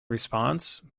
response